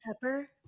Pepper